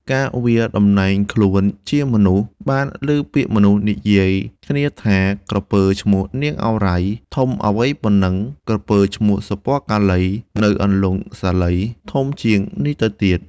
កាលវាតំណែងខ្លួនជាមនុស្ស បានឮពាក្យមនុស្សនិយាយគ្នាថា " ក្រពើឈ្មោះ នាងឱរ៉ៃ ធំអ្វីប៉ុណ្ណឹង ក្រពើឈ្មោះ សុពណ៌កាឡី នៅអន្លង់ សាលី ធំជាងនេះទៅទៀត " ។